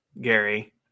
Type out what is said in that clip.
Gary